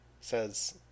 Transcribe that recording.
says